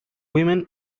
women